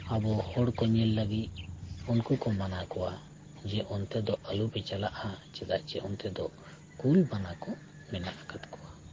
ᱟᱵᱚ ᱦᱚᱲ ᱠᱚ ᱧᱮᱞ ᱞᱟᱹᱜᱤᱫ ᱩᱱᱠᱩ ᱠᱚ ᱢᱟᱱᱟᱣ ᱠᱚᱣᱟ ᱡᱮ ᱚᱱᱛᱮ ᱫᱚ ᱟᱞᱚ ᱯᱮ ᱪᱟᱞᱟᱜᱼᱟ ᱪᱮᱫᱟᱜ ᱥᱮ ᱚᱱᱛᱮ ᱫᱚ ᱠᱩᱞ ᱵᱟᱱᱟ ᱠᱚ ᱢᱮᱱᱟᱜ ᱟᱠᱟᱫ ᱠᱚᱣᱟ